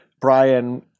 Brian